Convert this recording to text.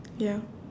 ya